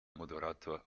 moderator